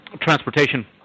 transportation